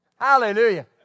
Hallelujah